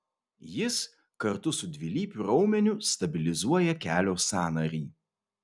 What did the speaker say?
jis kartu su dvilypiu raumeniu stabilizuoja kelio sąnarį